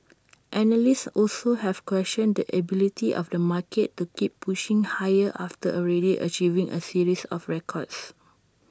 analysts also have questioned the ability of the market to keep pushing higher after already achieving A series of records